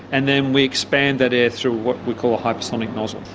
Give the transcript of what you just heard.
and then we expand that air through what we call a hypersonic nozzle.